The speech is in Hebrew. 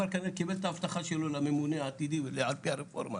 הוא כבר קיבל את ההבטחה שלו לממונה העתידי על פי הרפורמה